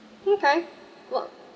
okay well